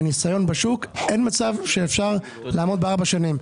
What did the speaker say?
מהניסיון בשוק אין מצב שאפשר לעמוד בארבע שנים.